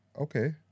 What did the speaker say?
Okay